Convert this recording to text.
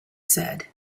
said